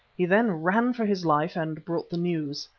he then ran for his life and brought the news.